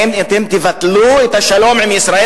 האם אתם תבטלו את השלום עם ישראל?